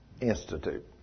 institute